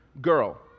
girl